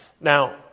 Now